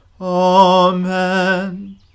Amen